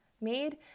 made